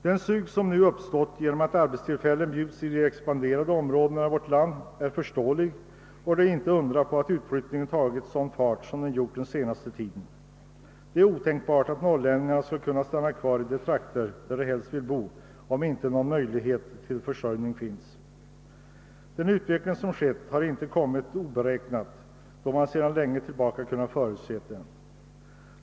Det sug som nu uppstått genom att arbetstillfällen bjuds i de expanderande områdena i vårt land är svårförståeligt, och det är inte att undra på att utflyttningen tagit sådan fart som den gjort den senaste tiden. Det är otänkbart att norrlänningarna skall kunna stanna kvar i de trakter där de helst vill bo, om inte någon möjlighet till försörjning finns. Den utveckling som pågår har inte kommit opåräknad, utan man har sedan länge kunnat förutse den.